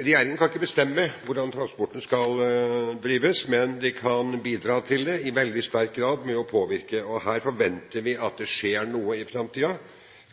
Regjeringen kan ikke bestemme hvordan transporten skal drives, men de kan bidra i veldig sterk grad ved å påvirke. Her forventer vi at det skjer noe i framtiden.